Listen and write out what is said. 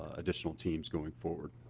additional teams going forward.